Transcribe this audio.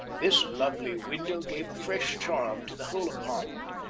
this lovely window gave a fresh charm to the whole apartment,